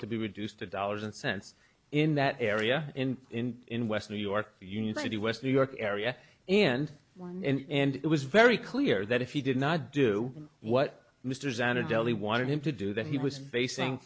to be reduced to dollars and cents in that area in in west new york university west new york area and one and it was very clear that if he did not do what mr zanna deli wanted him to do that he was facing